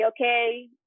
okay